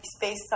space